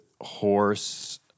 horse